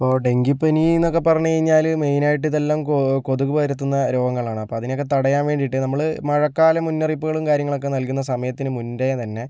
ഇപ്പോൾ ഡെങ്കിപ്പനി എന്നൊക്കെ പറഞ്ഞു കഴിഞ്ഞാൽ മെയിനായിട്ട് ഇതെല്ലാം കൊതുക് പരത്തുന്ന രോഗങ്ങളാണ് അപ്പോൾ അതിനെയൊക്കെ തടയാൻ വേണ്ടിയിട്ട് നമ്മൾ മഴക്കാല മുന്നറിയിപ്പുകളും കാര്യങ്ങളുമൊക്കെ നൽകുന്ന സമയത്തിന് മുൻപേ തന്നെ